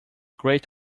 great